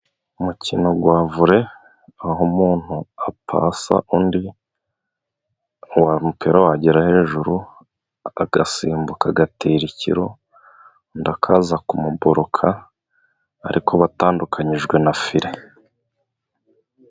Umukino wa vore, aho umuntu apasa undi, wa mupira wagera hejuru agasimbuka agatera ikiro, undi akaza kumuboroka ariko batandukanyijwe na fire.